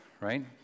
right